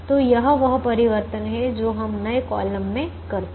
तो यह वह परिवर्तन है जो हम नए कॉलम में करते हैं